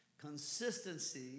Consistency